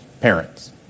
Parents